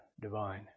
divine